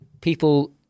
people